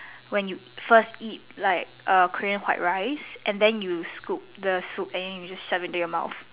when you first eat like err Korean white rice and then you scoop the soup and then you just shove it into your mouth